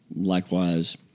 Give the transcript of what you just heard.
likewise